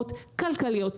השפעות כלכליות,